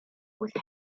with